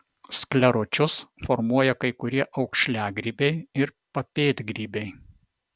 skleročius formuoja kai kurie aukšliagrybiai ir papėdgrybiai